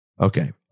Okay